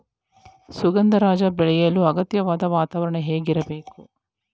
ಸುಗಂಧರಾಜ ಬೆಳೆಯಲು ಅಗತ್ಯವಾದ ವಾತಾವರಣ ಹೇಗಿರಬೇಕು?